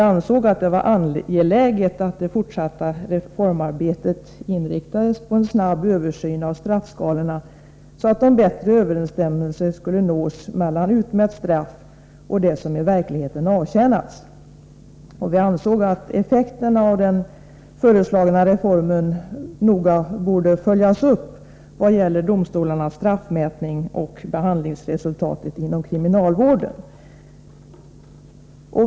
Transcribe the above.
Vi ansåg att det var angeläget att det fortsatta reformarbetet inriktades på en snabb översyn av straffskalorna, så att bättre överensstämmelse skulle uppnås mellan utmätt straff och det som i verkligheten avtjänats. Vi ansåg att effekterna av den föreslagna reformen noga borde följas upp vad det gäller domstolarnas straffmätning och behandlingsresultatet inom kriminalvården.